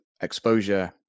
exposure